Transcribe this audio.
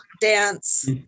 dance